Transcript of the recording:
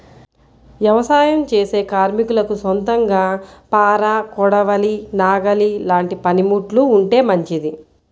యవసాయం చేసే కార్మికులకు సొంతంగా పార, కొడవలి, నాగలి లాంటి పనిముట్లు ఉంటే మంచిది